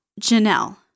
Janelle